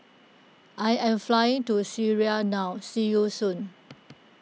I am flying to Syria now see you soon